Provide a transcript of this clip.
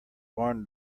barn